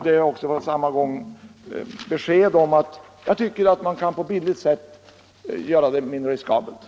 Det ger besked om hur man på ett billigt sätt kan göra sjukhusen mindre riskabla.